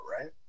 right